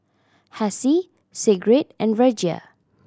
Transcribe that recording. Hessie Sigrid and Virgia